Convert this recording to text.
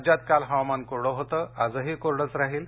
राज्यात काल हवामान कोरडं होतं आजही कोरडंच राहील